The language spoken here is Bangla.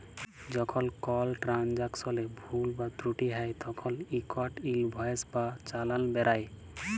যখল কল ট্রালযাকশলে ভুল বা ত্রুটি হ্যয় তখল ইকট ইলভয়েস বা চালাল বেরাই